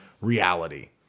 reality